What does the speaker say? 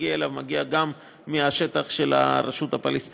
מגיע אליו גם מהשטח של הרשות הפלסטינית,